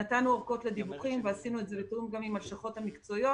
נתנו אורכות לדיווחים ועשינו את זה גם בתיאום עם הלשכות המשפטיות.